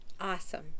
awesome